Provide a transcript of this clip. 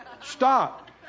Stop